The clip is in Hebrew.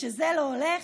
וכשזה לא הולך,